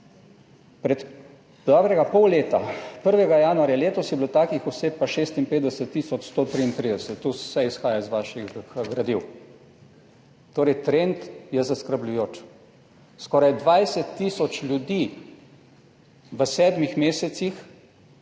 Pred dobrega pol leta, 1. januarja letos je bilo takih oseb pa 56 tisoč 133, to vse izhaja iz vaših gradiv. Torej trend je zaskrbljujoč. Skoraj 20 tisoč ljudi v 7 mesecih,